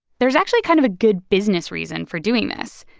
there's actually kind of a good business reason for doing this,